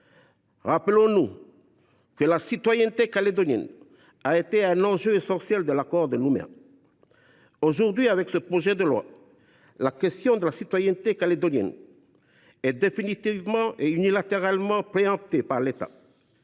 Souvenons nous que la citoyenneté calédonienne a été un enjeu essentiel de l’accord de Nouméa. Aujourd’hui, avec ce projet de loi, la question de la citoyenneté calédonienne est définitivement et unilatéralement préemptée par l’État.